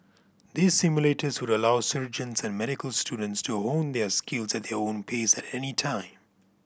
these simulators would allow surgeons and medical students to hone their skills at their own pace at any time